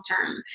term